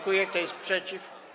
Kto jest przeciw?